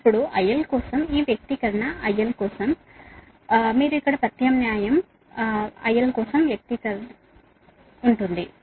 ఇప్పుడు IL కోసం ఈ వ్యక్తీకరణ మీరు ఇక్కడ ప్రతిక్షేపిస్తే మీరు ఇక్కడ IL కోసం వ్యక్తీకరణ ను ఇక్కడ ప్రతిక్షేపిస్తారు